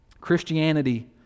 Christianity